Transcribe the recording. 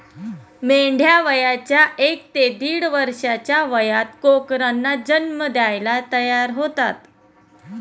मेंढ्या वयाच्या एक ते दीड वर्षाच्या वयात कोकरांना जन्म द्यायला तयार होतात